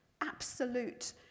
absolute